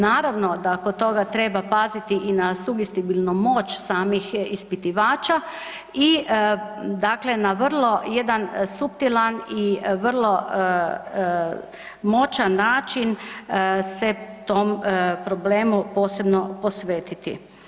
Naravno da kod toga treba paziti i na sugestibilnu moć samih ispitivača i dakle na vrlo jedan suptilan i vrlo moćan način se tom problemu posebno posvetiti.